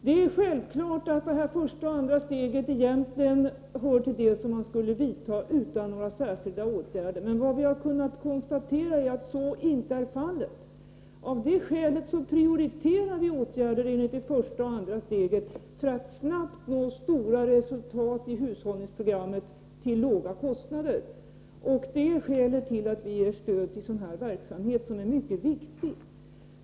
Det är självklart att det första och andra steget egentligen hör till det som skulle kunna genomföras utan att man vidtar särskilda åtgärder, men vad vi har kunnat konstatera är att så inte kan bli fallet. Av det skälet prioriterar vi åtgärder enligt det första och andra steget för att snabbt nå stora resultat i hushållningsprogrammet till låga kostnader. Det är skälet till att vi ger stöd till sådan här verksamhet, som är mycket viktig.